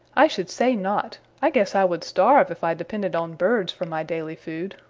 i should say not. i guess i would starve if i depended on birds for my daily food,